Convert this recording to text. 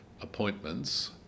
appointments